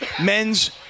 men's